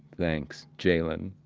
thanks, jaylon.